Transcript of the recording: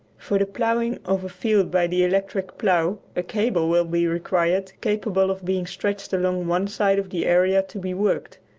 for the ploughing of a field by the electric plough a cable will be required capable of being stretched along one side of the area to be worked.